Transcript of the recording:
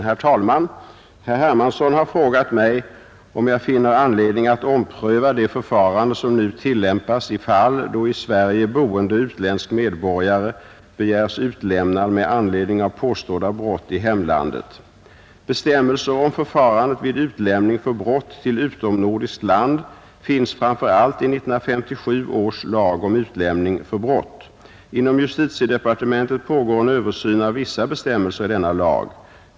Herr talman! Herr Hermansson i Stockholm har frågat mig om jag finner anledning att ompröva det förfarande som nu tillämpas i fall då i Sverige boende utländsk medborgare begärs utlämnad med anledning av påstådda brott i hemlandet. Bestämmelser om förfarandet vid utlämning för brott till utomnordiskt land finns framför allt i 1957 års lag om utlämning för brott. Inom justitiedepartementet pågår en översyn av vissa bestämmelser i denna lag.